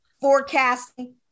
forecasting